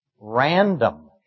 Random